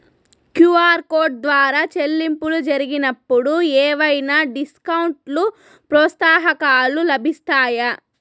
QR code ద్వారా చెల్లింపులు జరిగినప్పుడు ఏవైనా డిస్కౌంట్ లు, ప్రోత్సాహకాలు లభిస్తాయా?